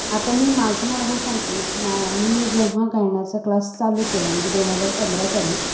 आता मी माझा अनुभव सांगते मा मी जेव्हा गाण्याचा क्लास चालू केला म्हणजे दोन हजार पंधरा साली